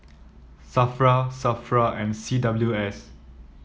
Safra Safra and C W S